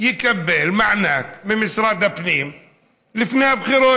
יקבל מענק ממשרד הפנים לפני הבחירות,